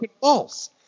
false